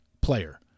player